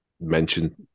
mention